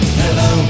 hello